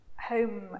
home